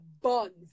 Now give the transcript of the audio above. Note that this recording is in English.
bonds